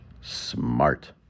smart